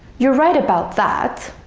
you're right about that